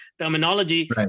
terminology